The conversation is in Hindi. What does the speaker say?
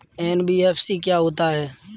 एन.बी.एफ.सी क्या होता है?